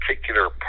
particular